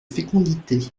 fécondité